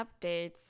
updates